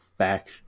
Back